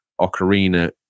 Ocarina